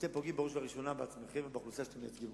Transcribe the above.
אתם פוגעים בראש ובראשונה בעצמכם ובאוכלוסייה שאתם מייצגים.